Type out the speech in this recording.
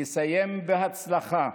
לסיים בהצלחה,